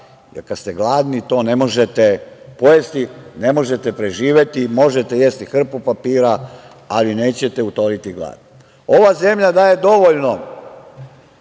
jer kad ste gladni to ne možete pojesti, ne možete preživeti, možete jesti hrpu papira, ali nećete utoliti glad. Ova zemlja daje dovoljno